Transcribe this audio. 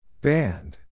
Band